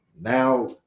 Now